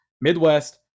Midwest